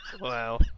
Wow